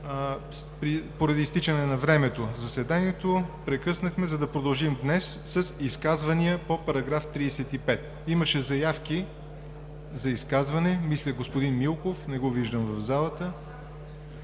Поради изтичане на времето на заседанието прекъснахме, за да продължим днес с изказвания по § 35. Имаше заявки за изказвания: мисля, господин Милков – не го виждам в залата,